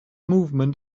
movement